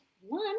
One